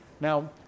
Now